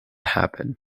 happen